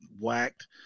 whacked